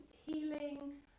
healing